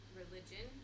religion